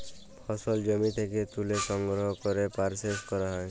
ফসল জমি থ্যাকে ত্যুলে সংগ্রহ ক্যরে পরসেস ক্যরা হ্যয়